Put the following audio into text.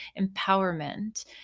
empowerment